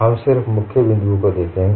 हम सिर्फ मुख्य बिन्दूओं को देखेंगे